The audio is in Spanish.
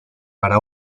para